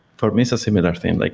for me it's a similar thing. like